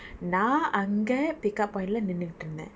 நா அங்கே:naa ange pick up point லே நின்னுகுட்டு இருந்தேன்:le ninnukuttu irunthen